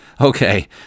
Okay